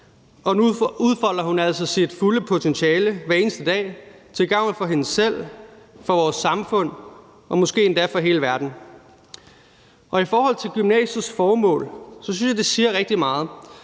nu udfolder hun altså sit fulde potentiale hver eneste dag til gavn for hende selv, for vores samfund og måske endda for hele verden. I forhold til gymnasiets formål synes jeg det siger rigtig meget.